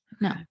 no